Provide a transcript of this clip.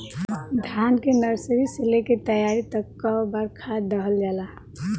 धान के नर्सरी से लेके तैयारी तक कौ बार खाद दहल जाला?